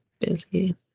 busy